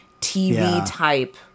TV-type